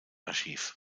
archive